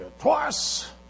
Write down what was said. twice